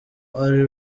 ari